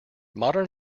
modern